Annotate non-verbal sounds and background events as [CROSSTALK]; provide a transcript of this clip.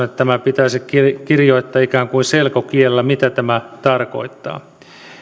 [UNINTELLIGIBLE] että tämä pitäisi kirjoittaa ikään kuin selkokielellä mitä tämä tarkoittaa